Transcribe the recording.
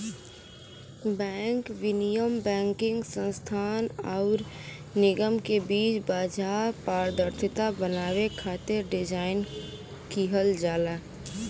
bank विनियम banking संस्थान आउर निगम के बीच बाजार पारदर्शिता बनावे खातिर डिज़ाइन किहल जाला